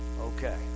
okay